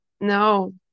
No